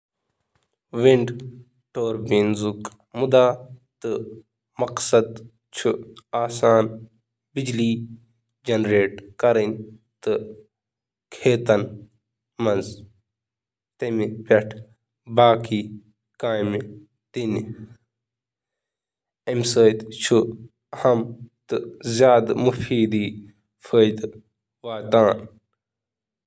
ونڈ ٹربائنن ہُنٛد مقصد چُھ زراعتی شعبہٕ فراہم کرنہٕ خٲطرٕ بجلی پٲدٕ کرٕنۍ۔